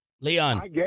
Leon